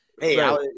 hey